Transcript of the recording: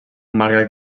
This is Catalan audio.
malgrat